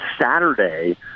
Saturday –